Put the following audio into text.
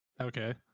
okay